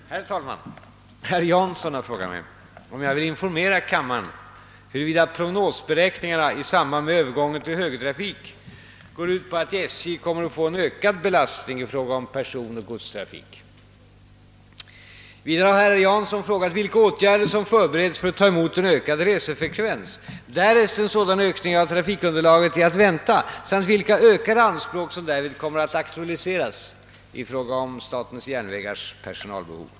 Herr talman! Herr Jansson har frågat mig om jag vill informera kammaren huruvida prognosberäkningarna i samband med övergången till högertrafik går ut på att SJ kommer att få en ökad belastning i fråga om personoch godstrafik. Vidare har herr Jansson frågat vilka åtgärder som förbereds för att ta emot en ökad resefrekvens, därest en sådan ökning av trafikunderlaget är att vänta, samt vilka ökade anspråk som därvid kommer att aktualiseras i fråga om SJ:s personalbehov.